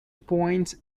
points